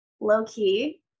low-key